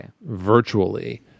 virtually